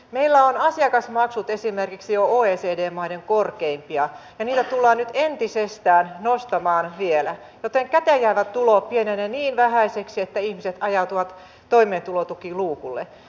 meillä on asiakasmaksut jo esimerkiksi oecd maiden korkeimpia ja niitä tullaan nyt entisestään nostamaan vielä joten käteenjäävä tulo pienenee niin vähäiseksi että ihmiset ajautuvat toimeentulotukiluukulle